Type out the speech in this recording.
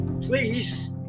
please